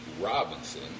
Robinson